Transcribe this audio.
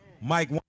Mike